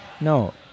No